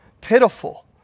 pitiful